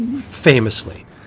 famously